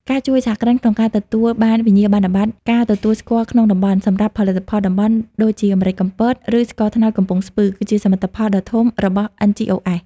ការជួយសហគ្រិនក្នុងការទទួលបានវិញ្ញាបនបត្រការទទួលស្គាល់ក្នុងតំបន់ សម្រាប់ផលិតផលតំបន់ ដូចជាម្រេចកំពត ឬស្ករត្នោតកំពង់ស្ពឺ គឺជាសមិទ្ធផលដ៏ធំរបស់ NGOs។